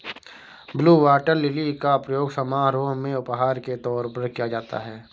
blue water lily का प्रयोग समारोह में उपहार के तौर पर किया जाता है